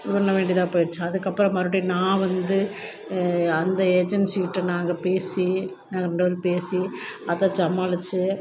இது பண்ண வேண்டியதாக போயிடுச்சு அதுக்கப்புறம் மறுபடி நான் வந்து அந்த ஏஜென்சிக்கிட்ட நாங்கள் பேசி நாங்கள் ரெண்டு பேரும் பேசி அதை சமாளிச்சு